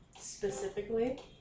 Specifically